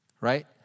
right